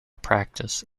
practice